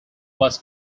was